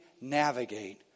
navigate